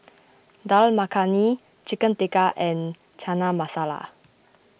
Dal Makhani Chicken Tikka and Chana Masala